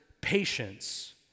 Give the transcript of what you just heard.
patience